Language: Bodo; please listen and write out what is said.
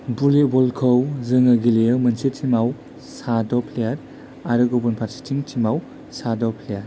भलिबल खौ जोङो गेलेयो मोनसे टिमाव साद' प्लेयार आरो गुबुन फारसेथिं थिमाव साद' प्लेयार